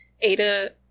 Ada